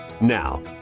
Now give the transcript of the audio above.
Now